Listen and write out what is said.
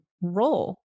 role